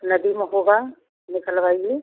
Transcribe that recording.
नदी में होगा निकलवाइए